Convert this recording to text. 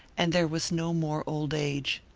and there was no more old age.